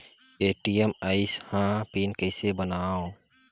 ATM आइस ह pin कइसे बनाओ?